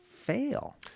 fail